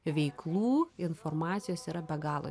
veiklų informacijos yra be galo